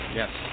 yes